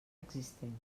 existent